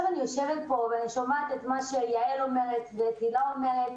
אני יושבת פה ושומעת את מה שיעל והילה אומרות